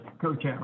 coach